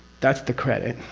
that's the credit.